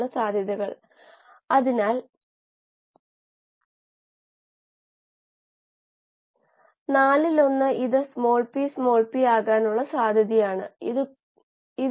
ഒരു പദാർത്ഥത്തിന് ദാനം ചെയ്യാൻ കഴിയുന്ന ഇലക്ട്രോണുകളുടെ എണ്ണമാണ് ഇത്